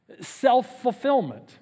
self-fulfillment